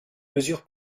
mesure